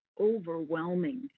overwhelming